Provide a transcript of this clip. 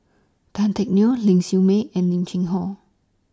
Tan Teck Neo Ling Siew May and Lim Cheng Hoe